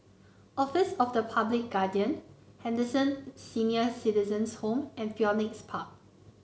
office of the Public Guardian Henderson Senior Citizens' Home and Phoenix Park